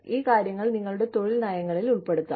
ഈ കാര്യങ്ങൾ നിങ്ങളുടെ തൊഴിൽ നയങ്ങളിൽ ഉൾപ്പെടുത്താം